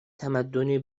تمدن